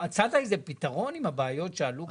מצאת איזה פתרון עם הבעיות שעלו בדיון?